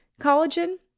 collagen